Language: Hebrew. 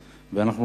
בדרכים.